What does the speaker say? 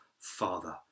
Father